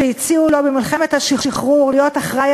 שכשהציעו לו במלחמת השחרור להיות אחראי